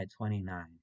29